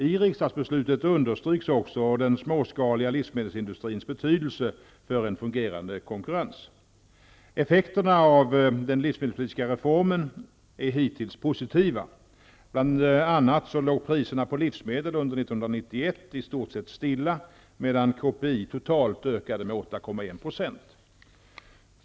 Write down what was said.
I riksdagsbeslutet understryks också den småskaliga livsmedelsindustrins betydelse för en fungerande konkurrens. Effekterna av den livsmedelspolitiska reformen är hittills positiva. Bl.a. låg priserna på livsmedel under år 1991 i stort sett stilla, medan KPI totalt ökade med 8,1 %.